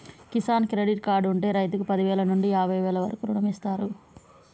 Kisan credit card ఉంటె రైతుకు పదివేల నుండి యాభై వేల వరకు రుణమిస్తారు